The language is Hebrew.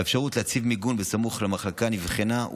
האפשרות להציב מיגון בסמוך למחלקה נבחנה,